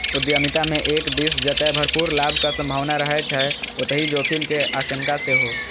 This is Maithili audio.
उद्यमिता मे एक दिस जतय भरपूर लाभक संभावना रहै छै, ओतहि जोखिम के आशंका सेहो